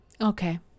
okay